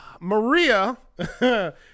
Maria